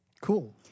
cool